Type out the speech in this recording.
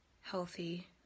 healthy